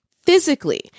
physically